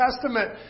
Testament